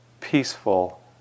peaceful